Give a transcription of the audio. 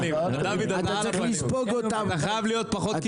אתה חייב להיות פחות קיצוני.